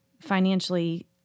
financially